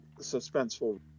suspenseful